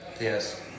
Yes